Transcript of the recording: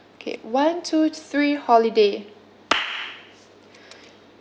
okay one two three holiday